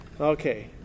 Okay